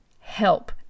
help